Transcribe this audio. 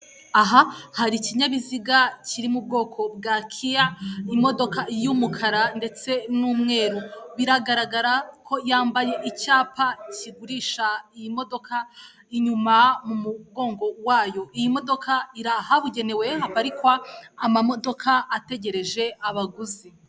Aha hari ikinyabiziga kiri mu bwoko bwa kiya, imodoka y'umukara ndetse n'umweru. Biragaragara ko yambaye icyapa kigurisha iyi modoka, inyuma mu mugongo wayo. Iyi modoka iri ahabugenewe, haparikwa amamodoka ategereje abaguzi.